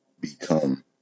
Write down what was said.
become